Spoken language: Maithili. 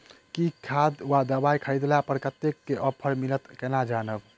केँ खाद वा दवाई खरीदला पर कतेक केँ ऑफर मिलत केना जानब?